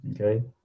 Okay